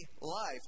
life